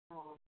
हाँ